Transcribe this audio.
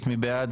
2, מי בעד?